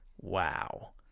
Wow